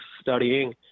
studying